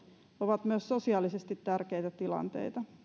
ovat myös sosiaalisesti tärkeitä tilanteita